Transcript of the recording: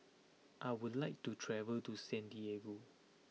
I would like to travel to Santiago